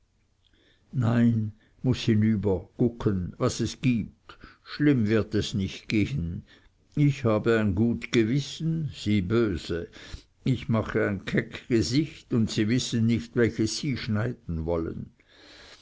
nein muß hinüber gucken was es gibt schlimm wird es nicht gehen ich habe ein gut gewissen sie böse ich mache ein keck gesicht und sie wissen nicht welche sie schneiden sollen